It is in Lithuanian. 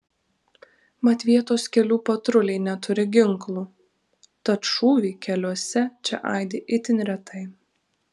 mat vietos kelių patruliai neturi ginklų tad šūviai keliuose čia aidi itin retai